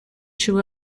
two